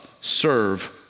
serve